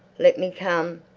let me come.